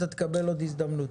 אתה תקבל עוד הזדמנות.